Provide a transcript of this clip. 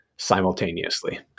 simultaneously